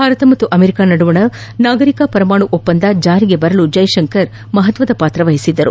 ಭಾರತ ಮತ್ತು ಆಮೆರಿಕ ನಡುವಿನ ನಾಗರಿಕ ಪರಮಾಣು ಒಪ್ಪಂದ ಜಾರಿಗೆ ಬರಲು ಜೈಸಂಕರ್ ಪ್ರಮುಖ ಪಾತ್ರ ವಹಿಸಿದ್ದರು